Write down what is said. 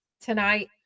tonight